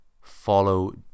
Follow